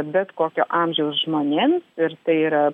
bet kokio amžiaus žmonėms ir tai yra